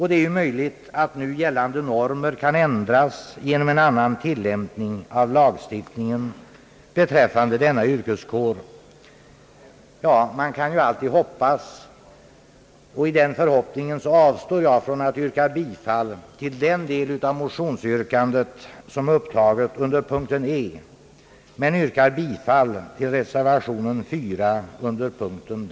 Det är möjligt att nu gällande normer kan ändras genom en annan tillämpning av lagstiftningen beträffande denna yrkeskår, säger utskottet. Ja, man kan ju alltid hoppas. I den förhoppningen avstår jag från att hemställa om bifall till den del av motionsyrkandet, som upptages under punkten E i utskottets hemställan, men yrkar bifall till reservationen 4 under punkten D.